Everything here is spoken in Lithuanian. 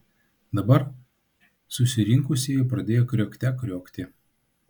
dabar susirinkusieji pradėjo kriokte kriokti